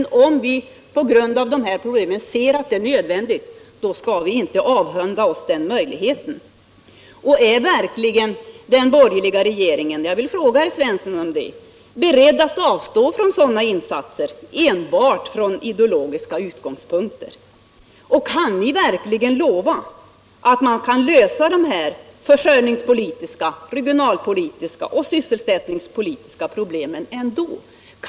Men om vi på grund av problemens storlek finner det nödvändigt, så skall vi inte avhända oss den möjligheten. Slutligen vill jag fråga herr Svensson: Är den borgerliga regeringen beredd att enbart av ideologiska skäl avstå från sådana insatser? Kan ni verkligen lova att lösa de försörjningspolitiska, regionalpolitiska och sysselsättningspolitiska problemen ändå?